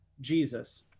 Jesus